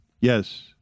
Yes